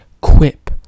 quip